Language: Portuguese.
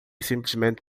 simplesmente